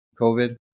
covid